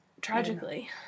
Tragically